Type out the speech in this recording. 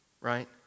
Right